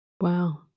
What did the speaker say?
Wow